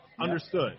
Understood